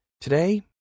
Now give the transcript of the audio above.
Today